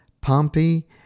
Pompey